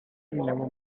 never